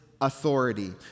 Authority